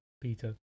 peter